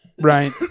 Right